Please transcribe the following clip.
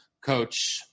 Coach